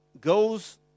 goes